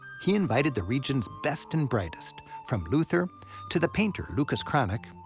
he invited the region's best and brightest, from luther to the painter lucas cranach